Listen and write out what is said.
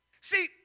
See